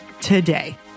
today